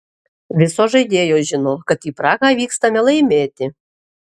visos žaidėjos žino kad į prahą vykstame laimėti